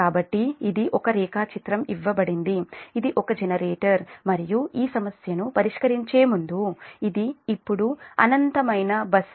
కాబట్టి ఇది ఒక రేఖాచిత్రం ఇవ్వబడింది ఇది ఒక జనరేటర్ మరియు ఈ సమస్యను పరిష్కరించే ముందు ఇది ఇప్పుడు అనంతమైన బస్సు